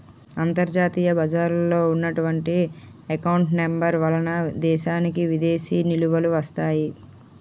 అంతర్జాతీయ బజారులో ఉన్నటువంటి ఎకౌంట్ నెంబర్ వలన దేశానికి విదేశీ నిలువలు వస్తాయి